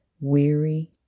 Weary